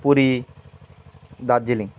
Puri Darjeeling